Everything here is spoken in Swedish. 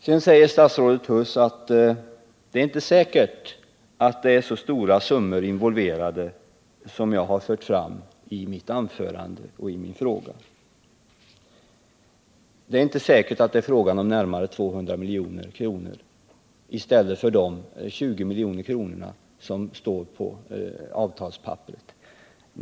Sedan säger statsrådet Huss att det inte är säkert att så stora summor är involverade som jag har fört fram i min fråga och mitt anförande. Det är inte säkert att det är fråga om närmare 200 milj.kr. i stället för de 20 milj.kr. som står på avtalspapperet.